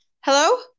Hello